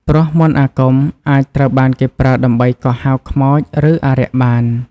ព្រោះមន្តអាគមអាចត្រូវបានគេប្រើដើម្បីកោះហៅខ្មោចឬអារក្សបាន។